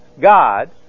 God